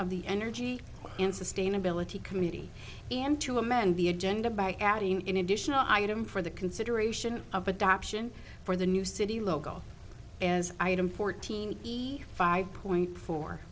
of the energy and sustainability committee and to amend the agenda by adding an additional item for the consideration of adoption for the new city logo as item fourteen be five point fo